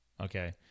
Okay